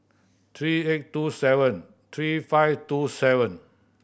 three eight two seven three five two seven